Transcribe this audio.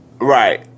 Right